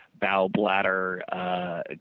bowel-bladder